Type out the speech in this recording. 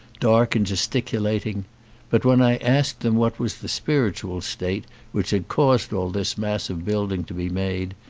dark and gesticulating but when i asked them what was the spiritual state which had caused all this mass of building to be made,